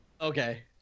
Okay